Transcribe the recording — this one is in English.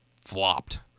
flopped